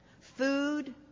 food